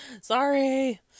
Sorry